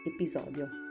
episodio